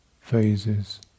phases